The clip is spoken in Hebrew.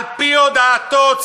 על-פי הודאתו,